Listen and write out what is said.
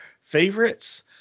favorites